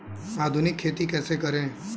आधुनिक खेती कैसे करें?